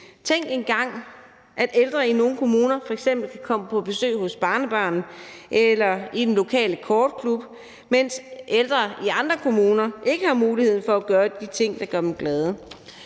Tænk engang, at ældre i nogle kommuner f.eks. kan komme på besøg hos børnebørn eller i den lokale kortklub, mens ældre i andre kommuner ikke har muligheden for at gøre de ting, der gør dem glade.